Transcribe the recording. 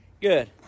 Good